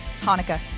Hanukkah